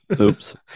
Oops